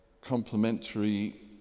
complementary